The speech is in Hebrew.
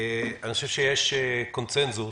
יש קונצנזוס.